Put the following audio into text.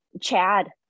Chad